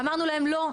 ואמרנו להם, לא.